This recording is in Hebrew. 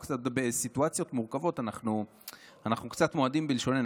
בסיטואציות מורכבות אנחנו קצת מועדים בלשוננו,